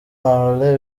marley